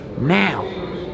now